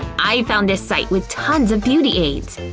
i found this site will tons of beauty aids!